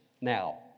now